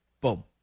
Boom